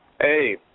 Hey